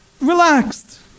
relaxed